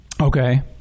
Okay